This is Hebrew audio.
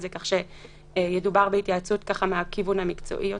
זה כך שידובר בהיוועצות מהכיוון המקצועי יותר,